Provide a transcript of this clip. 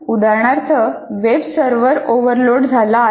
उदाहरणार्थ web server overload झाला आहे